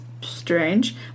strange